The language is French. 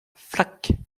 flac